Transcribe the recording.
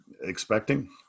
expecting